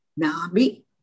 Nabi